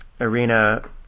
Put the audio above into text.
arena